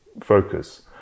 focus